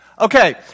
Okay